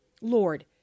Lord